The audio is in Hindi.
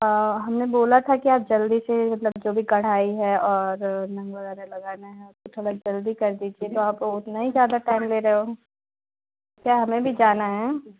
हमने बोला था कि आप जल्दी से मतलब जो भी कढ़ाई है और नग वगेरह लगाना है तो थोड़ा जल्दी कर दीजिएगा आप तो उतना ही ज्यादा टाइम ले रहे हो क्या हमें भी जाना है